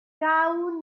gawn